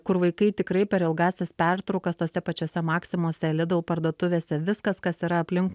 kur vaikai tikrai per ilgąsias pertraukas tose pačiose maksimose lidl parduotuvėse viskas kas yra aplink